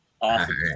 Awesome